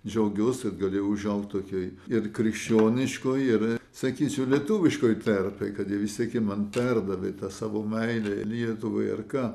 džiaugiuosi kad galėjau aužaugt tokioj ir krikščioniškoj ir sakysiu lietuviškoj terpėj kad jie vis tiek man perdavė savo meilę lietuvai ar ką